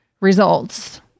results